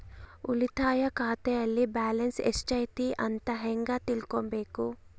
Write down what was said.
ಉಳಿತಾಯ ಖಾತೆಯಲ್ಲಿ ಬ್ಯಾಲೆನ್ಸ್ ಎಷ್ಟೈತಿ ಅಂತ ಹೆಂಗ ತಿಳ್ಕೊಬೇಕು?